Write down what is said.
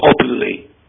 openly